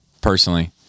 personally